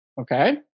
Okay